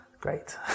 Great